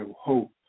hope